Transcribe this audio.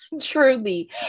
Truly